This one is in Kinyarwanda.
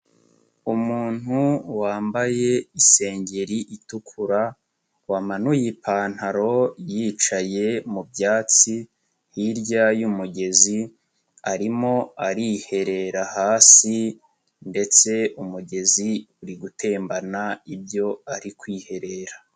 Umuntu wambaye isengeri itukura, wamanuye ipantaro yicaye mu byatsi hirya y'umugezi, arimo ariherera hasi ndetse umugezi uri gutembana ibyo ari kwiherera.